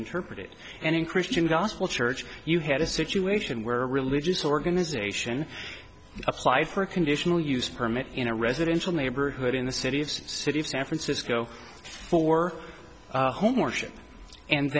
interpreted and in christian gospel church you had a situation where a religious organization applied for a conditional use permit in a residential neighborhood in the city of city of san francisco for home or ship and